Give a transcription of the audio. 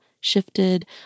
shifted